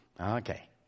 Okay